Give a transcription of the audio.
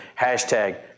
Hashtag